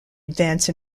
advance